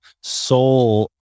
soul